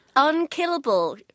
Unkillable